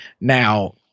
Now